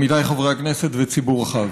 עמיתיי חברי הכנסת וציבור רחב,